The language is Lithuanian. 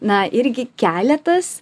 na irgi keletas